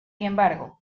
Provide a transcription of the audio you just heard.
embargo